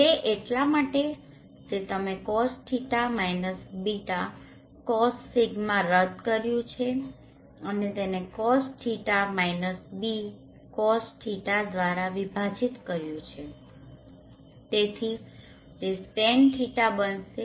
તે એટલા માટે કે તમે Cosϕ - β Cos𝛿 રદ કર્યુ છે અને તેને Cosϕ - β Cos દ્વારા વિભાજીત કર્યુ છે તેથી તે Tan𝛿 બનશે